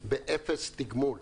באפס תגמול.